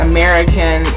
American